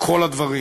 כל הדברים,